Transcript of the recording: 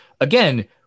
again